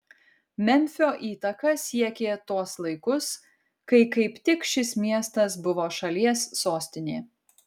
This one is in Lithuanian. memfio įtaka siekė tuos laikus kai kaip tik šis miestas buvo šalies sostinė